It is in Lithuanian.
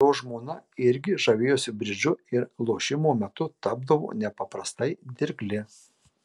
jo žmona irgi žavėjosi bridžu ir lošimo metu tapdavo nepaprastai dirgli